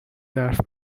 درس